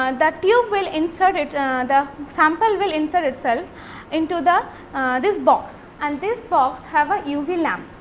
um that tube will insert the sample will insert itself into the this box and this box have a uv lamp.